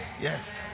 yes